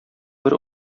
бер